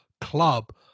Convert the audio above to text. club